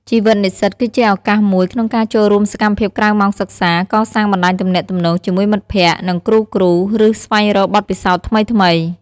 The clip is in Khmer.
ជីវិតនិស្សិតគឺជាឱកាសមួយក្នុងការចូលរួមសកម្មភាពក្រៅម៉ោងសិក្សា កសាងបណ្តាញទំនាក់ទំនងជាមួយមិត្តភក្តិ និងគ្រូៗ ឬស្វែងរកបទពិសោធន៍ថ្មីៗ។